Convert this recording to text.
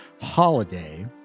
holiday